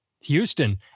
Houston